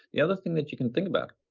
the other thing that you can think about,